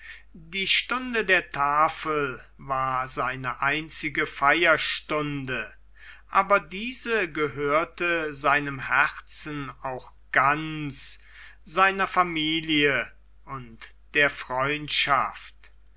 die stunde der tafel war seine einzige feierstunde aber diese gehörte seinem herzen auch ganz seiner familie und der freundschaft